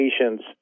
patients